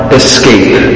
escape